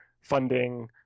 funding